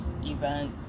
event